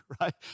right